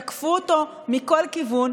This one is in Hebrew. תקפו אותו מכל כיוון,